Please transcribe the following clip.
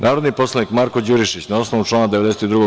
Narodni poslanik Marko Đurišić, na osnovu člana 92.